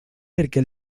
perquè